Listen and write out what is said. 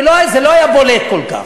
וזה לא היה בולט כל כך.